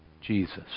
Jesus